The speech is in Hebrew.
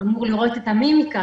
אמור לראות את המימיקה,